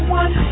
one